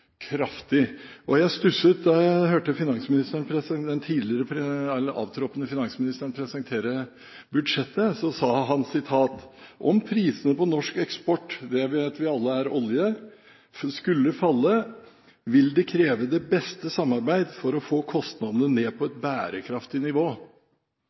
kraftig. Jeg stusset da jeg hørte den tidligere, eller avtroppende, finansministeren presentere budsjettet. Da sa han: «Om prisene på norsk eksport» – det vet vi alle er olje – «skulle falle, vil det kreve det beste samarbeid for å få kostnadene ned på et bærekraftig nivå.»